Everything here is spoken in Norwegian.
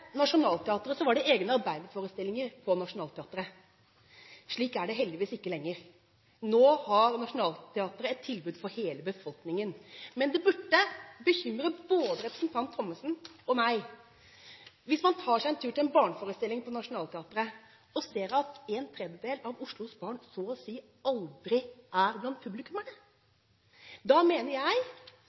var det egne arbeiderforestillinger der. Slik er det heldigvis ikke lenger. Nå har Nationaltheateret et tilbud for hele befolkningen. Men dette burde bekymre både representanten Thommessen og meg: Hvis man tar seg en tur til en barneforestilling på Nationaltheateret, ser man at en tredjedel av Oslos barn så å si aldri er blant publikum. Jeg mener ikke at jeg